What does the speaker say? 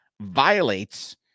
violates